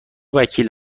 وکیل